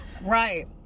Right